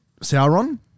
Sauron